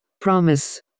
promise